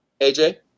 AJ